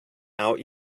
out